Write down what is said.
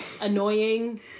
annoying